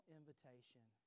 invitation